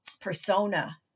persona